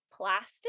plastic